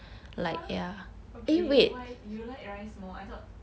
!huh! okay why you like rice more I thought